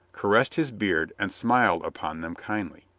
ca ressed his beard and smiled upon them kindly.